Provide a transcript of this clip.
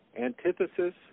antithesis